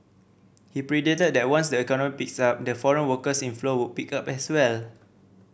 he predicted that once the economy picks up the foreign workers inflow would pick up as well